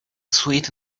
sweet